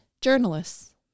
journalists